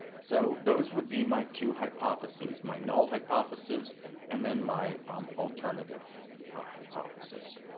so those would be my two hypotheses. my null hypothesis and then my alternative hypothesis.